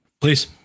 Please